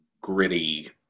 gritty